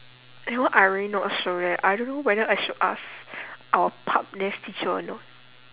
that one I really not sure eh I don't know whether I should ask our teacher or not